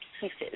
pieces